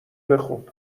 بخون